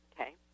Okay